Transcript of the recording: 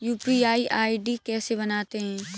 UPI ID कैसे बनाते हैं?